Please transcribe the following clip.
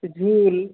ঝুল